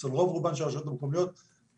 אצל רוב רובן של הרשויות המקומיות הנושא